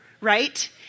right